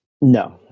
No